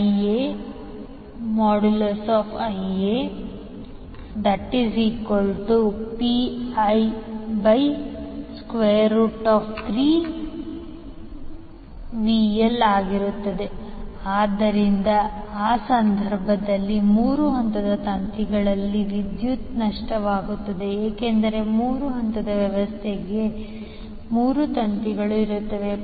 ILIaIaIaPL3VL ಆದ್ದರಿಂದ ಆ ಸಂದರ್ಭದಲ್ಲಿ ಮೂರು ತಂತಿಗಳಲ್ಲಿ ವಿದ್ಯುತ್ ನಷ್ಟವಾಗುತ್ತದೆ ಏಕೆಂದರೆ ಮೂರು ಹಂತದ ವ್ಯವಸ್ಥೆಗೆ ಮೂರು ತಂತಿಗಳು ಇರುತ್ತವೆ